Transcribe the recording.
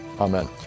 amen